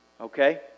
Okay